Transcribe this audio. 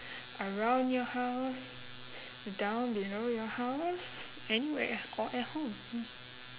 around your house down below your house anywhere or at home